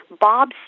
Bob